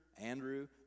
Andrew